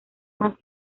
más